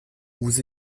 vous